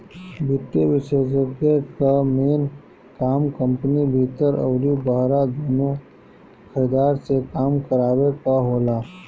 वित्तीय विषेशज्ञ कअ मेन काम कंपनी भीतर अउरी बहरा दूनो खरीदार से काम करावे कअ होला